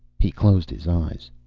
he closed his eyes.